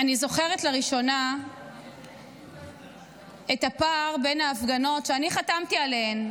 לראשונה אני זוכרת את הפער בין ההפגנות שאני חתמתי עליהן